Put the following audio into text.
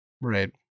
Right